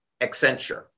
Accenture